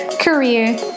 career